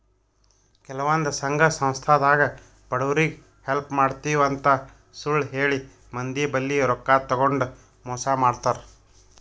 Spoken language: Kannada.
ಕೆಲವಂದ್ ಸಂಘ ಸಂಸ್ಥಾದಾಗ್ ಬಡವ್ರಿಗ್ ಹೆಲ್ಪ್ ಮಾಡ್ತಿವ್ ಅಂತ್ ಸುಳ್ಳ್ ಹೇಳಿ ಮಂದಿ ಬಲ್ಲಿ ರೊಕ್ಕಾ ತಗೊಂಡ್ ಮೋಸ್ ಮಾಡ್ತರ್